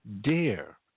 dare